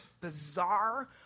bizarre